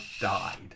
died